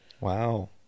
Wow